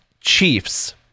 Chiefs